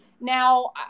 Now